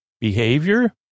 behavior